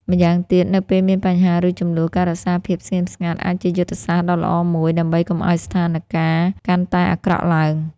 ម្យ៉ាងទៀត នៅពេលមានបញ្ហា ឬជម្លោះ ការរក្សាភាពស្ងៀមស្ងាត់អាចជាយុទ្ធសាស្ត្រដ៏ល្អមួយ ដើម្បីកុំឱ្យស្ថានការណ៍កាន់តែអាក្រក់ឡើង។